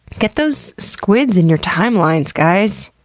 get those squids in your timeline, guys!